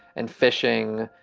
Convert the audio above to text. and fishing,